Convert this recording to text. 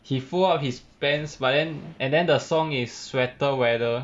he fold up his pants but then and then the song is sweater weather